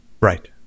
Right